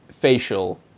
facial